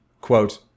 quote